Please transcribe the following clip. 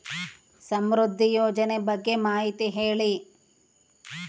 ಸಮೃದ್ಧಿ ಯೋಜನೆ ಬಗ್ಗೆ ಮಾಹಿತಿ ಹೇಳಿ?